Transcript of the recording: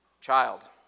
Child